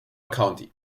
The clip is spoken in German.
county